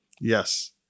yes